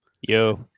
Yo